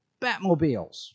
Batmobiles